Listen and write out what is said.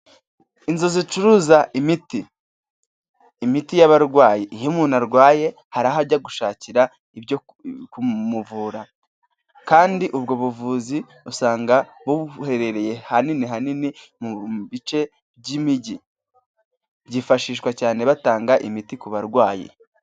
Inzu zicuruza imiti, imiti y'abarwayi iyo umuntu arwaye hari aho ajya gushakira ibyo kumuvura kandi ubwo buvuzi usanga buherereye ahanini hanini mu bice by'imijyi, byifashishwa cyane batanga imiti ku barwayi.